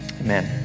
Amen